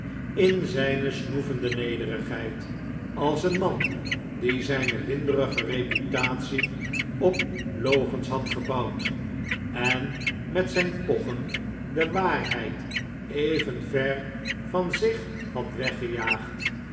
in zijn snoevende nederigheid als een man die zijne winderige reputatie op logens had gebouwd en met zijn pochen de waarheid even ver van zich had weggejaagd